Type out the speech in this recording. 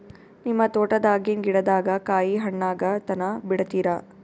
ನಿಮ್ಮ ತೋಟದಾಗಿನ್ ಗಿಡದಾಗ ಕಾಯಿ ಹಣ್ಣಾಗ ತನಾ ಬಿಡತೀರ?